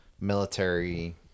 military